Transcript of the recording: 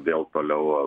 vėl toliau